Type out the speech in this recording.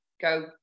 go